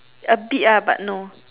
a bit ah but no